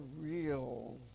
real